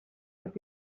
would